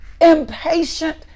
impatient